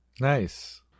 Nice